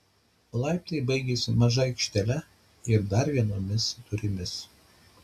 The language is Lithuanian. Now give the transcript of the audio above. laiptai baigiasi maža aikštele ir dar vienomis durimis